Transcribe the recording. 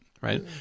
right